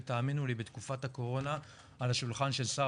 ותאמינו לי בתקופת הקורונה על שולחן שר